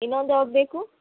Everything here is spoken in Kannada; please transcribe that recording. ಇನ್ನೊಂದು ಯಾವ್ದು ಬೇಕು